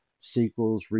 sequels